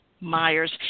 Myers